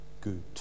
good